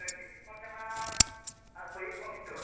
ᱟᱨ ᱯᱟᱭᱤᱯ ᱦᱚᱸ ᱵᱤᱛᱟᱹᱣ ᱟᱠᱟᱱᱟ